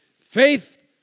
Faith